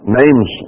names